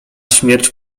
śmierć